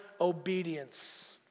obedience